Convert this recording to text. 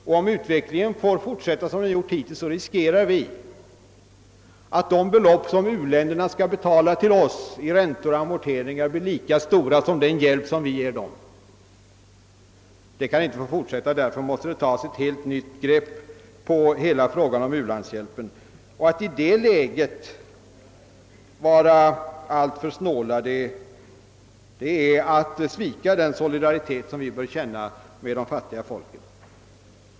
Om utvecklingen får fortsätta som den gjort hittills riskerar man att de belopp som u-länderna skall betala till oss i räntor och amorteringar blir lika stora som den hjälp vi ger dem. Detta kan inte få fortsätta. Därför måste ett helt nytt grepp tas på hela frågan om u-landshjälpen, och att i detta läge vara alltför snål är att svika den solidaritet vi bör känna med de fattiga folken.